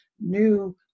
new